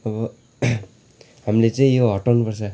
अब हामीले चाहिँ यो हटाउनुपर्छ